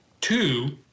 Two